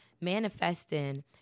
manifesting